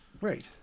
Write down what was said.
Right